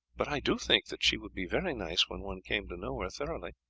but i do think that she would be very nice when one came to know her thoroughly.